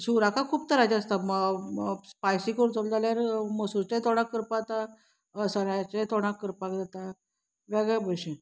शिवराकाक खूब तरांचे आसता स्पायसी करतलो जाल्यार मसूरचें तोंडाक करपा जाता घोसाळ्याचे तोंडाक करपाक जाता वेगळे भशेन